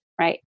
right